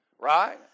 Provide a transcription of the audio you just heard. Right